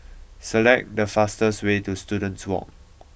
select the fastest way to Students Walk